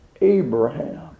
Abraham